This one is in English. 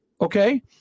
okay